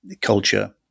culture